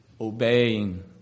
obeying